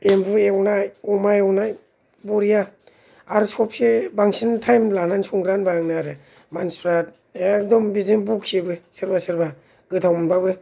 एमबु एवनाय अमा एवनाय बरिया आर सबसे बांसिन टाइम लानानै संग्रा होनबा आंनो आरो मानसिफ्रा एकदम बिदिनो बखियोबो सोरबा सोरबा गोथावमोनबाबो